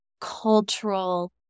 cultural